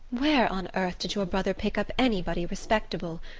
where on earth did your brother pick up anybody respectable?